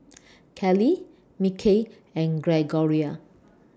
Callie Mikel and Gregoria